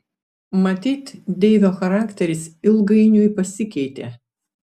matyt deivio charakteris ilgainiui pasikeitė